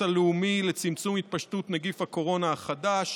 הלאומי לצמצום התפשטות נגיף הקורונה החדש